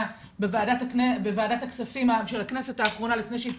בוועדת הכספים של הכנסת האחרונה לפני שהיא התפזרה,